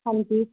ਹਾਂਜੀ